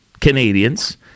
Canadians